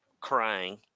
crying